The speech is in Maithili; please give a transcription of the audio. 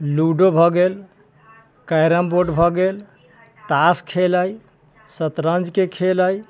लूडो भए गेल कैरमबोर्ड भए गेल ताश खेल अइ शतरञ्जके खेल अइ